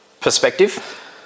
Perspective